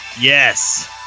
Yes